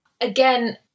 Again